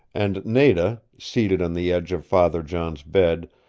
and nada, seated on the edge of father john's bed,